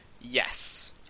Yes